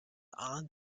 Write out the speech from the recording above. ann